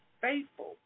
faithful